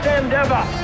endeavor